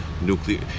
nuclear